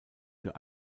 für